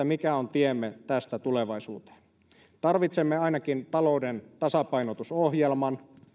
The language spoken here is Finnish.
mikä on tiemme tästä tulevaisuuteen on ainakin minulle epäselvä tarvitsemme ainakin talouden tasapainotusohjelman